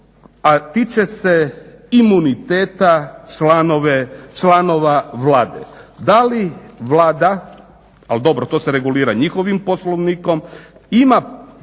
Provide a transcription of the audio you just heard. tiče se imuniteta članova Vlade. Da li Vlada, ali dobro to se regulira njihovim Poslovnikom, ima